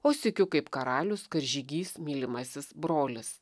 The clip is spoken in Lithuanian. o sykiu kaip karalius karžygys mylimasis brolis